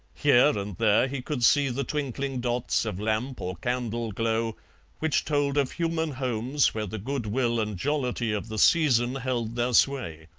here and there he could see the twinkling dots of lamp or candle glow which told of human homes where the goodwill and jollity of the season held their sway.